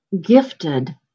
gifted